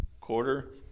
quarter